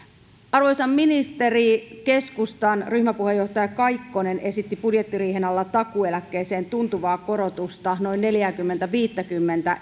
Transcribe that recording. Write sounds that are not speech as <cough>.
arvoisa ministeri keskustan ryhmäpuheenjohtaja kaikkonen esitti budjettiriihen alla takuueläkkeeseen tuntuvaa korotusta noin neljääkymmentä viittäkymmentä <unintelligible>